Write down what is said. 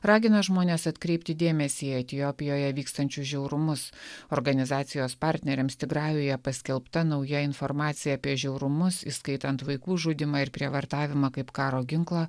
ragina žmones atkreipti dėmesį į etiopijoje vykstančius žiaurumus organizacijos partneriams tigrajuje paskelbta nauja informacija apie žiaurumus įskaitant vaikų žudymą ir prievartavimą kaip karo ginklą